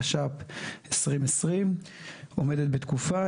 התש"ף-2020 עומדת בתוקפה,